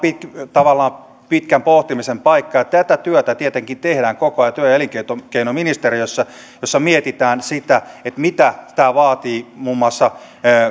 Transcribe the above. tavallaan pitkän pohtimisen paikka ja tätä työtä tietenkin tehdään koko ajan työ ja elinkeinoministeriössä jossa mietitään sitä mitä tämä vaatii muun muassa